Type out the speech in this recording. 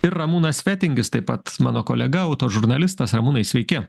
ir ramūnas fetingis taip pat mano kolega autožurnalistas ramūnai sveiki